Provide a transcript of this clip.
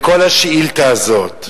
בכל השאילתא הזאת.